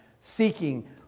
seeking